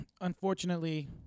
Unfortunately